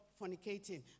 fornicating